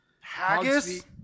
haggis